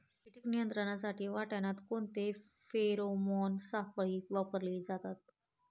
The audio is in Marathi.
कीड नियंत्रणासाठी वाटाण्यात कोणते फेरोमोन सापळे वापरले जातात?